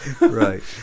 Right